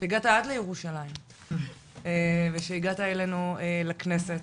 הגעת עד לירושלים ושהגעת אלינו לכנסת